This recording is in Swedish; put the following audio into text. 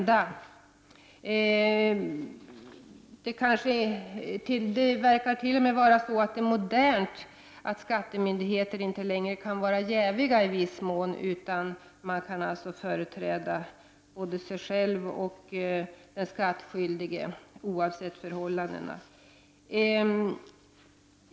Det verkar t.o.m. vara modernt att skattemyndigheter inte längre kan vara jäviga i viss mån, utan de kan både företräda sig själva och den skattskyldige oavsett förhållandena.